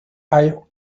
are